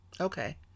Okay